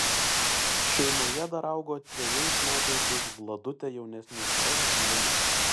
šeimoje dar augo trejais metais už vladutę jaunesnis brolis linas